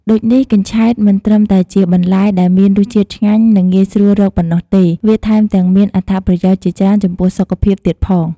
ដូចនេះ កញ្ឆែត មិនត្រឹមតែជាបន្លែដែលមានរសជាតិឆ្ងាញ់ និងងាយស្រួលរកប៉ុណ្ណោះទេ វាថែមទាំងមានអត្ថប្រយោជន៍ជាច្រើនចំពោះសុខភាពទៀតផង។